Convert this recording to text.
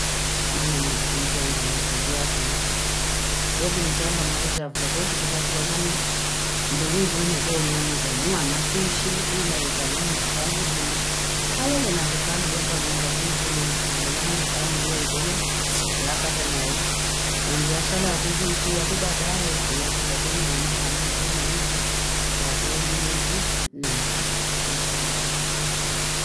Mananapiti changa moto ziavula. Kofi ni changa moto ziavula kochi kutayikuwa nani nduhuji unokoonwa negamua masishe, ila ikalumu mspaluzima. Alele nati family apa no mga kumichema. Alele nati family ya ikona ya pata na yo. Nadi yashala kujuti ya kubadahe. Iyati lakini mama walumu kumilivu. Watuongile chi, nachi. E daadaani paku.